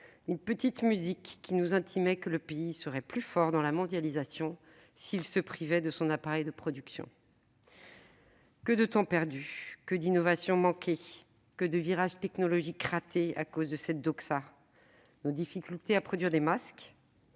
une petite musique qui nous intimait que le pays serait plus fort dans la mondialisation s'il se privait de son appareil de production. Que de temps perdu, que d'innovations manquées, que de virages technologiques ratés à cause de cette ! Nos difficultés à produire des masques,